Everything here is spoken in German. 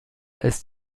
ist